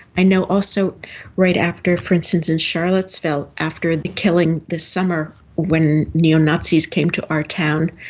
i know also right after, for instance, in charlottesville after the killing this summer when neo-nazis came to our town,